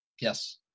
Yes